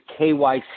KYC